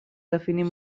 definim